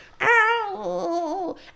Ow